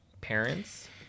parents